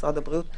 משרד הבריאות,